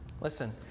Listen